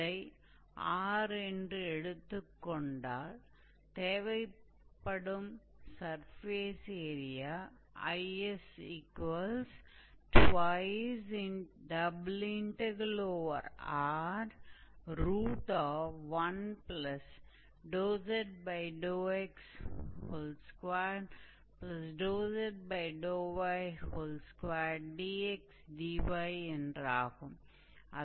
அதை R என்று எடுத்துக் கொண்டால் தேவைப்படும் சர்ஃபேஸ் ஏரியாIs2R1zx2zy2 dxdyஎன்றாகும்